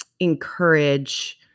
encourage